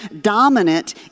dominant